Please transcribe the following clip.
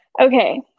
Okay